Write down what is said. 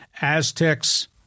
Aztecs